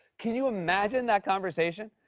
can you imagine that conversation?